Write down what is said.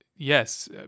yes